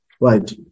Right